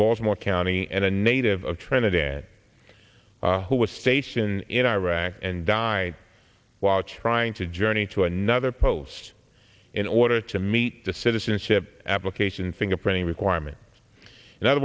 baltimore county and a native of trinidad who was stationed in iraq and died watch trying to journey to another post in order to meet the citizenship application fingerprinting requirement in other